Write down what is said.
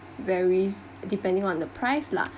varies depending on the price lah